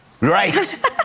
Right